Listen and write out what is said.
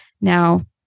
Now